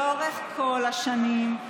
לאורך כל השנים,